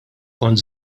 kont